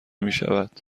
میشود